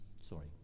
sorry